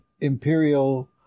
imperial